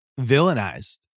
villainized